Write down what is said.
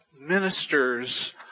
ministers